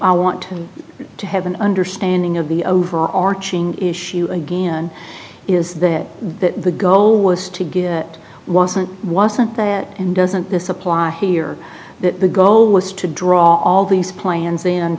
i want to have an understanding of the overarching issue again is that the goal was to get it wasn't wasn't that in doesn't this apply here that the goal was to draw all these plans in